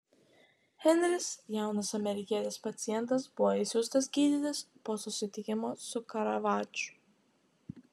henris jaunas amerikietis pacientas buvo išsiųstas gydytis po susitikimo su karavadžu